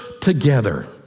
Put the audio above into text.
together